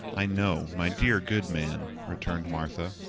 i know, my dear good man, returned martha.